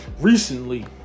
recently